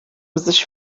sich